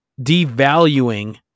devaluing